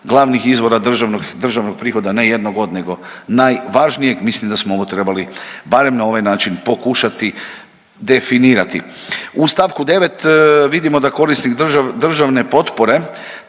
glavnih izvora državnog, državnog prihoda, ne jednog od nego najvažnijeg, mislim da smo ovo trebali barem na ovaj način pokušati definirati. U st. 9. vidimo da korisnik državne potpore